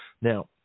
Now